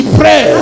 pray